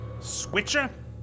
Switcher